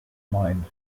mind